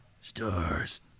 Stars